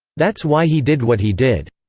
that's why he did what he did.